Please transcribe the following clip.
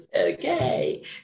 okay